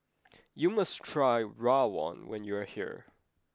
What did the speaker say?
you must try Rawon when you are here